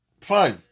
fine